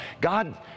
God